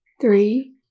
three